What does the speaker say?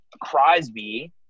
Crosby